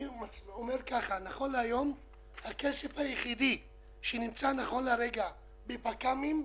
אני אומר כך: הכסף היחיד שנמצא נכון לרגע הוא בפק"מים,